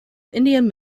indian